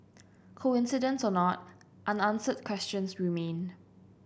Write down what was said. coincidence or not unanswered questions remain